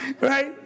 Right